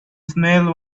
smell